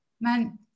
Man